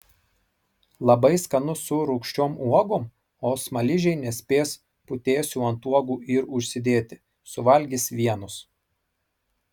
labai skanu su rūgščiom uogom o smaližiai nespės putėsių ant uogų ir užsidėti suvalgys vienus